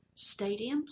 stadiums